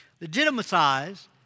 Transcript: legitimize